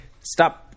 stop